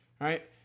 Right